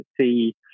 see